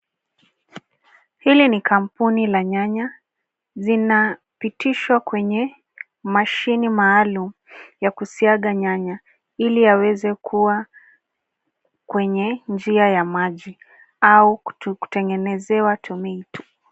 Hili ni kampuni maalum ya nyanya. Zinapitishwa kwenye mashine maalum ya kusiaga nyanya iliyaweze kuwa kwenye njia ya maji au kutengenezewa tomato .